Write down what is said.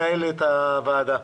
בניהולו.